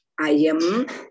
ayam